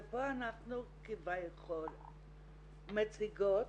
ופה אנחנו כביכול מציגות